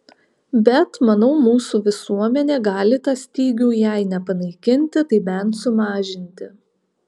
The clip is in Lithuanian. bet manau mūsų visuomenė gali tą stygių jei ne panaikinti tai bent sumažinti